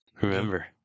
Remember